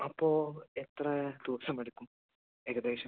അപ്പോള് എത്ര ദിവസമെടുക്കും ഏകദേശം